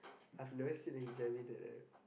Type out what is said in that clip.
I've never seen a hijabi in that app